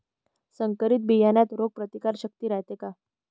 संकरित बियान्यात रोग प्रतिकारशक्ती रायते का?